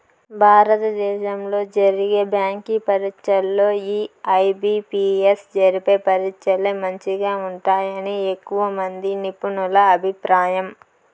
భారత దేశంలో జరిగే బ్యాంకి పరీచ్చల్లో ఈ ఐ.బి.పి.ఎస్ జరిపే పరీచ్చలే మంచిగా ఉంటాయని ఎక్కువమంది నిపునుల అభిప్రాయం